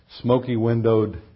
smoky-windowed